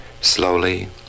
Slowly